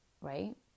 right